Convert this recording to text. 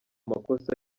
makosa